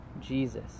Jesus